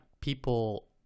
people